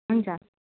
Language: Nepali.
हुन्छ